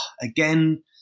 again